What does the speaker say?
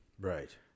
Right